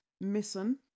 missing